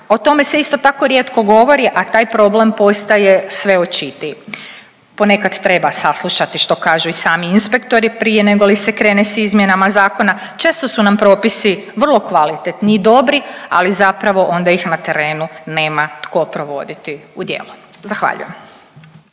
O tome se isto tako rijetko govori, a taj problem postaje sve očitiji. Ponekad treba saslušati što kažu i sami inspektori prije negoli se krene sa izmjenama zakona. Često su nam propisi vrlo kvalitetni i dobri, ali zapravo onda ih na terenu nema tko provoditi u djelo. Zahvaljujem.